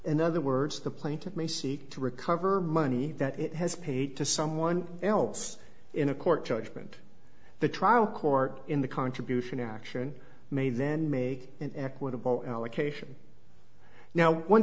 in other words the plaintiff may seek to recover money that it has paid to someone else in a court judgment the trial court in the contribution action may then make an equitable allocation now one